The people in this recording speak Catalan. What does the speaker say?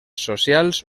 socials